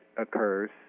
occurs